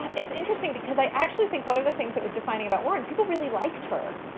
it's interesting because i actually think one of the things that was defining about weren't people really liked her.